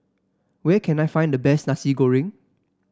where can I find the best Nasi Goreng